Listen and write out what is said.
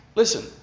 Listen